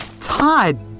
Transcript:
Todd